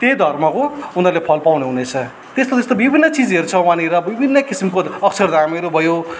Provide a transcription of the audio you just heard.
त्यही धर्मको उनीहरूले फल पाउनु हुनेछ त्यस्तो त्यस्तो विभिन्न चिजहरू छ वहाँनिर विभिन्न किसिमको अक्षर धामहरू भयो